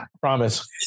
promise